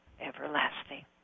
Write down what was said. everlasting